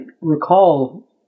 recall